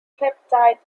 peptide